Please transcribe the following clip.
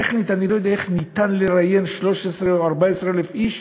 טכנית אני לא יודע איך ניתן לראיין 13,000 או 14,000 איש